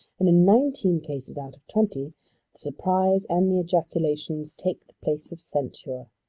and in nineteen cases out of twenty the surprise and the ejaculations take the place of censure.